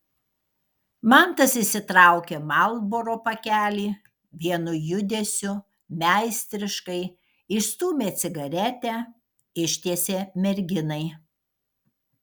mantas išsitraukė marlboro pakelį vienu judesiu meistriškai išstūmė cigaretę ištiesė merginai